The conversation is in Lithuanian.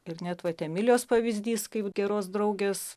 ir net vat emilijos pavyzdys kaip geros draugės